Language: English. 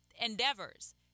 endeavors